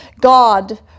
God